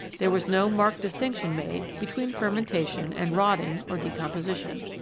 there was no marked distinction made between fermentation and rotting or decomposition.